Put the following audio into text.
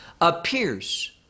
appears